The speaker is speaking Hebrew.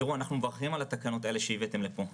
תראו, אנחנו מברכים על התקנות האלה שהבאתם לפה.